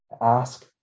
ask